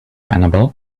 annabelle